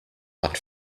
but